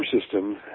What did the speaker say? system